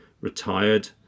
retired